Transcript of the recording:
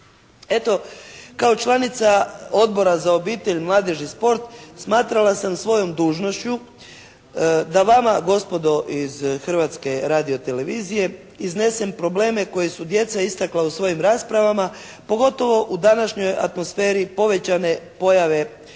Eto, kao članica Odbora za obitelj, mladež i sport smatrala sam svojom dužnošću da vama gospodo iz Hrvatske radio-televizije iznesem probleme koje su djeca istakla u svojim raspravama pogotovo u današnjoj atmosferi povećane pojave